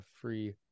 free